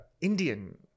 Indian